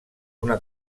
una